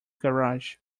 garage